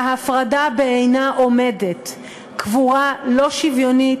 ההפרדה בעינה עומדת: קבורה לא שוויונית